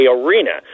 arena